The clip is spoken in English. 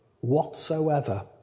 whatsoever